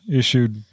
issued